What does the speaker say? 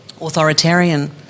authoritarian